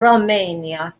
romania